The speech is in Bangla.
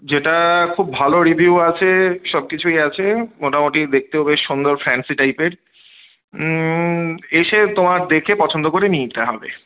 যেটা খুব ভালো রিভিউ আছে সব কিছুই আছে মোটামুটি দেখতেও বেশ সুন্দর ফ্যান্সি টাইপের এসে তোমার দেখে পছন্দ করে নিতে হবে